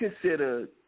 consider